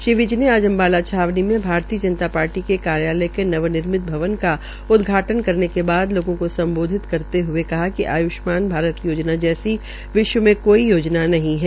श्री विज ने अम्बाला छावनी में भारतीय जनता पार्टी के कार्यलय के नवनिर्मित भवन का उदघाटन करने के बाद लोगों को स्मबोधित करते हुये कहा कि आयुष्मान भारत योजना जैसी विश्व में कोई योजना नहीं है